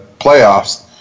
playoffs